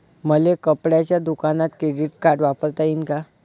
मले कपड्याच्या दुकानात क्रेडिट कार्ड वापरता येईन का?